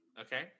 Okay